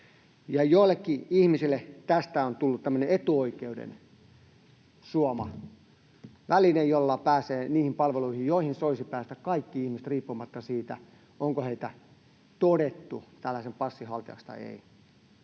joillekin ihmisille tästä on tullut tämmöinen etuoikeuden suova väline, jolla pääsee niihin palveluihin, joihin kaikkien ihmisten soisi pääsevän riippumatta siitä, onko heidät todettu tällaisen passin haltijaksi vai ei.